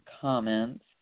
comments